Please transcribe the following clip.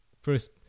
first